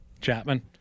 Chapman